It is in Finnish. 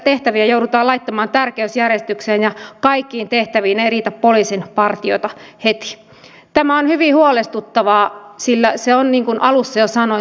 ja minusta niin pitääkin olla koska täälläkin taisi olla edustaja karimäki joka kertoi siitä minkälaisia ongelmia meillä on ollut täällä ict ja digitalisaatiopuolella